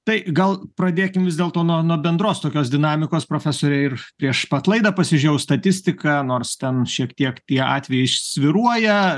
tai gal pradėkim vis dėlto nuo nuo bendros tokios dinamikos profesore ir prieš pat laidą pasižėjau statistiką nors ten šiek tiek tie atvejai svyruoja